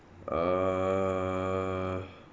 err